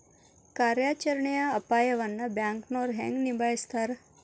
ಕಾರ್ಯಾಚರಣೆಯ ಅಪಾಯವನ್ನ ಬ್ಯಾಂಕನೋರ್ ಹೆಂಗ ನಿಭಾಯಸ್ತಾರ